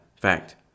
fact